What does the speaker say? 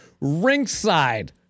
ringside